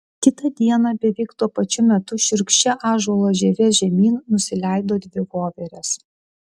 kitą dieną beveik tuo pačiu metu šiurkščia ąžuolo žieve žemyn nusileido dvi voverės